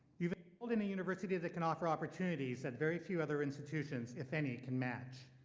you've enrolled in a university that can offer opportunities that very few other institutions, if any, can match.